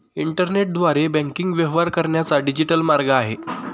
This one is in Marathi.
इंटरनेटद्वारे बँकिंग व्यवहार करण्याचा डिजिटल मार्ग आहे